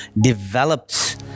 developed